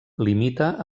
limita